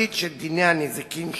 התכלית של דיני הנזיקין שונה,